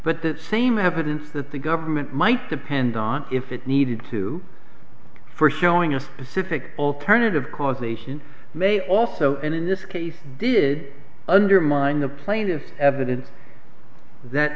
but that same evidence that the government might depend on if it needed to for showing a specific alternative causation may also and in this case did undermine the plaintiff's evidence that